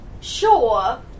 Sure